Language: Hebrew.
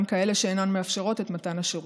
הן כאלו שאינן מאפשרות את מתן השירות.